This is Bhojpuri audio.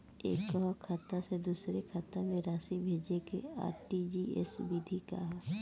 एकह खाता से दूसर खाता में राशि भेजेके आर.टी.जी.एस विधि का ह?